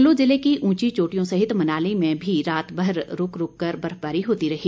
कुल्लू जिले की उंची चोटियों सहित मनाली में भी रात भर रूक रूक कर बर्फबारी होती रही